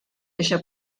eixa